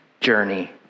journey